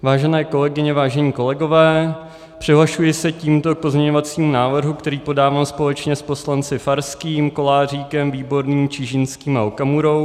Vážené kolegyně, vážení kolegové, přihlašuji se tímto k pozměňovacímu návrhu, který podávám společně s poslanci Farským, Koláříkem, Výborným, Čižinským a Okamurou.